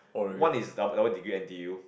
one is double degree N_T_U